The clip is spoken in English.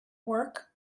work